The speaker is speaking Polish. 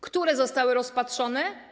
Które zostały rozpatrzone?